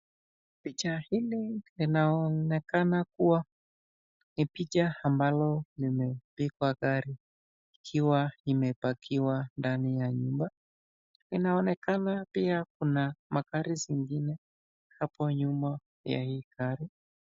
Picha hili linaonekana kuwa ni picha ambalo limepigwa gari ikiwa imepakiwa ndani ya nyumba. Inaonekana pia kuna magari zingine hapo nyuma ya hii gari.